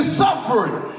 suffering